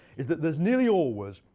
is that there's nearly always,